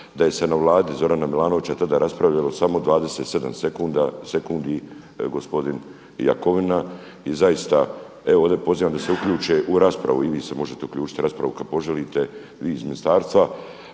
da je se na vladi Zorana Milanovića tada raspravljamo samo 27 sekundi i gospodin Jakovina i zaista evo ovdje pozivam da se uključe u raspravu i vi se možete uključiti u raspravu kada poželite, vi iz ministarstva